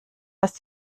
ist